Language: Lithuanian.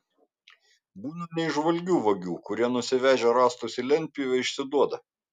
būna neįžvalgių vagių kurie nusivežę rąstus į lentpjūvę išsiduoda